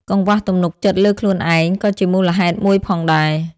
កង្វះទំនុកចិត្តលើខ្លួនឯងក៏ជាមូលហេតុមួយផងដែរ។